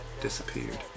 disappeared